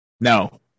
No